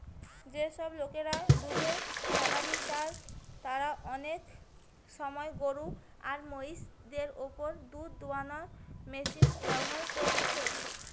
যেসব লোকরা দুধের খামারি তারা অনেক সময় গরু আর মহিষ দের উপর দুধ দুয়ানার মেশিন ব্যাভার কোরছে